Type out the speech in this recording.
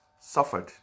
suffered